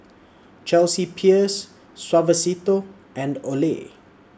Chelsea Peers Suavecito and Olay